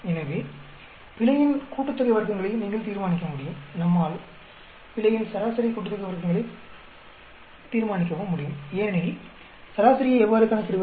எனவே பிழையின் கூட்டுத்தொகை வர்க்கங்களை நீங்கள் தீர்மானிக்க முடியும் நம்மால் பிழையின் சராசரி கூட்டுத்தொகை வர்க்கங்களை தீர்மானிக்கவும் முடியும் ஏனெனில் சராசரியை எவ்வாறு கணக்கிடுவது